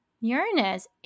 Uranus